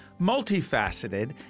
multifaceted